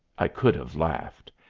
i could have laughed.